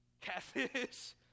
catfish